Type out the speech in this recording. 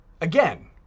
Again